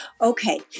Okay